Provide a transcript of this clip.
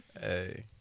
Hey